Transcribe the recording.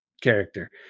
character